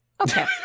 Okay